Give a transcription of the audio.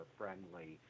friendly